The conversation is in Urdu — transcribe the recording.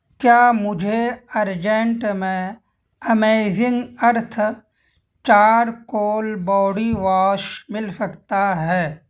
کیا مجھے ارجنٹ میں amazing earth charcoal body wash مل سکتا ہے